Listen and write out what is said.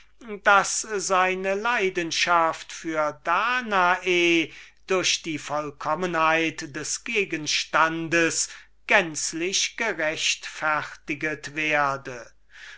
daß seine leidenschaft für danae durch die vollkommenheit des gegenstands gänzlich gerechtfertiget würde